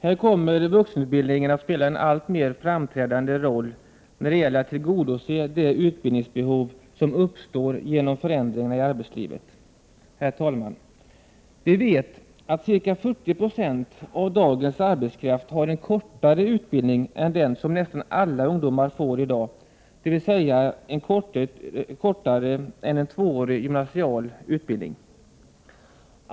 Här kommer vuxenutbildningen att spela en alltmer framträdande roll när det gäller att tillgodose de utbildningsbehov som uppstår genom förändringarna i arbetslivet. Vi vet att ca 40 26 av dagens arbetskraft har en kortare utbildning än den som nästan alla ungdomar får i dag, dvs. kortare än tvåårig gymnasial utbildning.